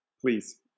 Please